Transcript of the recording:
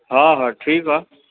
हा हा ठीकु आहे